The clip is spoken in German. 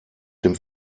dem